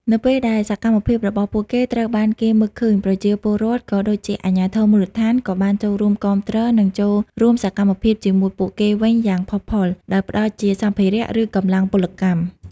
នៅពេលដែលសកម្មភាពរបស់ពួកគេត្រូវបានគេមើលឃើញ ប្រជាពលរដ្ឋ ក៏ដូចជាអាជ្ញាធរមូលដ្ឋាន ក៏បានចូលរួមគាំទ្រ និងចូលរួមសកម្មភាពជាមួយពួកគេវិញយ៉ាងផុសផុល ដោយផ្តល់ជាសម្ភារៈ ឬកម្លាំងពលកម្ម។